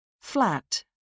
Flat